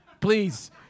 please